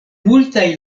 multaj